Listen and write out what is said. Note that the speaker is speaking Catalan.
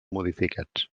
modificats